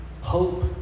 Hope